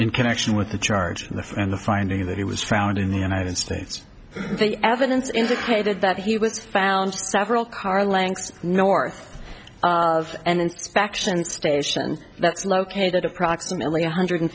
in connection with the charge of this and the finding that he was found in the united states the evidence indicated that he was found several car lengths north of an inspection station that's located approximately one hundred